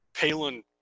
Palin